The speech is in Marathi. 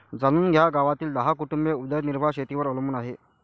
जाणून घ्या गावातील दहा कुटुंबे उदरनिर्वाह शेतीवर अवलंबून आहे